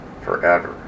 forever